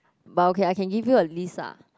but okay I can give you a list ah